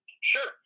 Sure